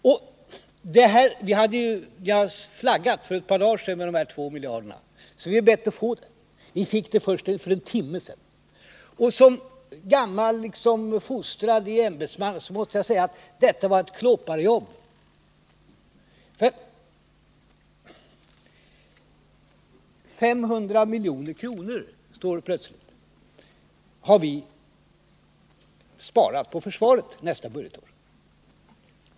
Vi har för ett par dagar sedan flaggat med en besparing på 2 miljarder, och därför hade vi bett att få reda på sammansättningen i ert besparingsförslag. Vi fick det för en timme sedan. Som ämbetsman fostrad på det gamla sättet måste jag säga att detta var ett klåparjobb. 500 milj.kr. har vi sparat på försvaret nästa budgetår.